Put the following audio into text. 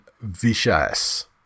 vicious